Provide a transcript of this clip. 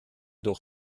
durch